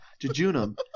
jejunum